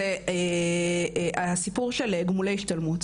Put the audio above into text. זה הסיפור של גמולי השתלמות,